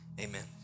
amen